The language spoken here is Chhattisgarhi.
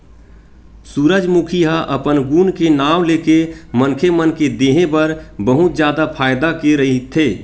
सूरजमूखी ह अपन गुन के नांव लेके मनखे मन के देहे बर बहुत जादा फायदा के रहिथे